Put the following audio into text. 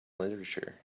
literature